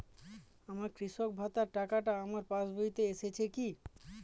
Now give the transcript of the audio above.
আমার কৃষক ভাতার টাকাটা আমার পাসবইতে এসেছে কি?